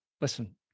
Listen